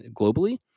globally